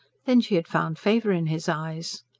then she had found favour in his eyes.